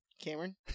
Cameron